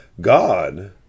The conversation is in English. God